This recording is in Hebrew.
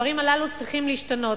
הדברים הללו צריכים להשתנות.